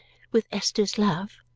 with esther's love,